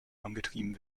angetrieben